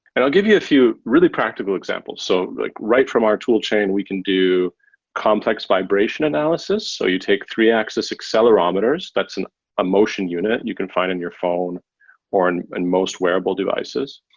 and i'll give you a few really practical examples. so like right from our tool chain, we can do complex vibration analysis. so you take three axis accelerometers. that's a motion unit. you can find in your phone or in and most wearable devices,